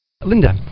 Linda